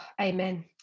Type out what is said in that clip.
Amen